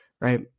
right